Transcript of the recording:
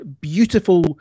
beautiful